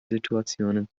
situationen